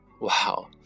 Wow